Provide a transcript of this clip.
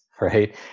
right